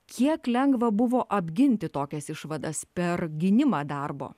kiek lengva buvo apginti tokias išvadas per gynimą darbo